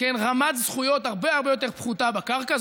זו רמת זכויות הרבה הרבה יותר פחותה בקרקע,